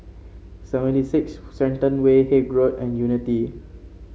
Seventy Six Shenton Way Haig Road and Unity